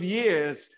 years